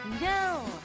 No